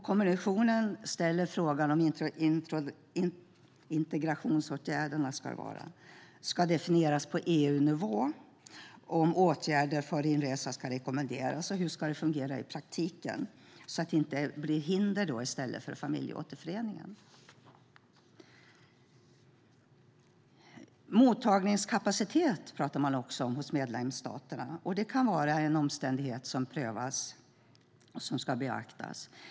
Kommissionen ställer frågan om integrationsåtgärderna ska definieras på EU-nivå, om åtgärder före inresa ska rekommenderas och hur det ska fungera i praktiken, så att det inte blir hinder för familjeåterföreningen. Mottagningskapaciteten hos medlemsstaterna kan vara en omständighet som ska beaktas.